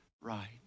right